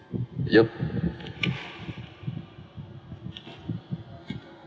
yup